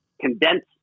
condense